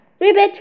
ribbit